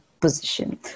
position